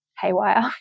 haywire